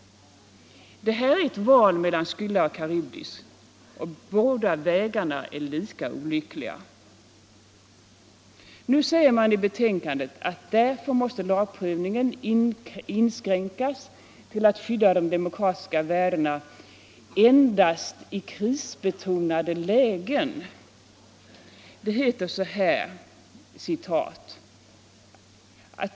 Detta är ett val mellan Schylla och Karybdis. Båda vägarna är lika olyckliga. Nu säger man i betänkandet att därför måste lagprövningen inskränkas till att skydda de demokratiska värdena endast i krisbetonade lägen.